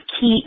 keep